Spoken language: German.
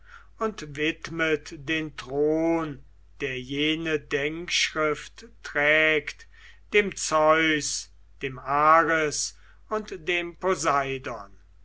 und widmet den thron der jene denkschrift trägt dem zeus dem ares und dem